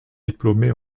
diplômé